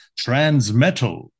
Transmetal